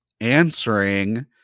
answering